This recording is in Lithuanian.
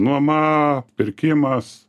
nuoma pirkimas